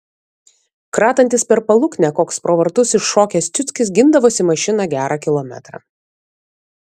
kratantis per paluknę koks pro vartus iššokęs ciuckis gindavosi mašiną gerą kilometrą